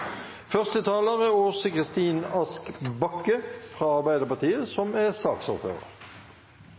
Første taler er representanten Tage Pettersen, som er fungerende saksordfører